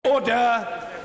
Order